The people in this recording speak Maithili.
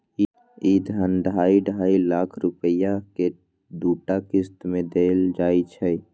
ई धन ढाइ ढाइ लाख रुपैया के दूटा किस्त मे देल जाइ छै